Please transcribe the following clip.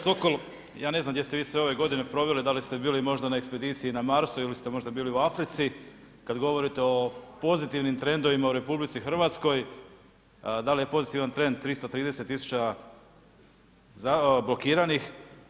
Poštovani kolega Sokol, ja ne znam gdje ste vi sve ove godine proveli, da li ste bili možda na ekspediciji na Marsu ili ste možda bili u Africi, kad govorite o pozitivnim trendovima u RH, da li je pozitivan trend 330 tisuća blokiranih?